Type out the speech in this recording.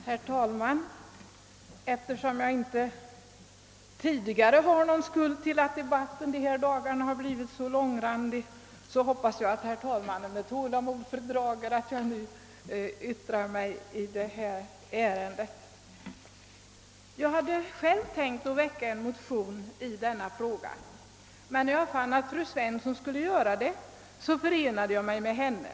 Herr talman! Eftersom jag inte tidigare har haft någon skuld till att debatten de här dagarna blivit så långrandig, hoppas jag att herr talmanen med tålamod fördrager att jag nu yttrar mig i detta ärende. Jag hade själv tänkt väcka en motion i frågan, men då jag fann att fru Svensson skulle göra det förenade jag mig med henne.